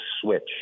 switch